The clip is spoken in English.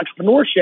entrepreneurship